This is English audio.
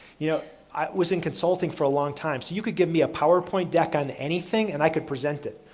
yeah i was in consulting for a long time. so, you could give me a powerpoint deck on anything and i could present it.